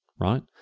right